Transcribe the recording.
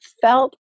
felt